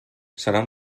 seran